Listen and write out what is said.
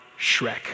Shrek